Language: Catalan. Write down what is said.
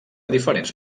diferents